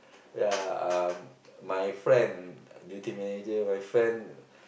ya uh my friend duty manager my friend